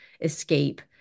Escape